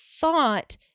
thought